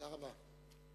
תודה רבה.